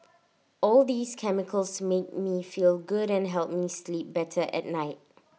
all these chemicals make me feel good and help me sleep better at night